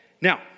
Now